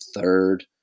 third